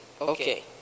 Okay